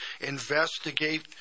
investigate